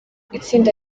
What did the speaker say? itsinda